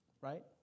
right